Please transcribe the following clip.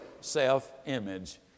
self-image